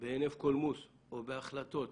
בהינף קולמוס או בהחלטות